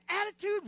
attitude